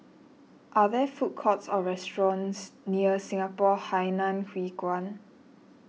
are there food courts or restaurants near Singapore Hainan Hwee Kuan